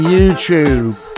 YouTube